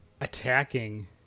attacking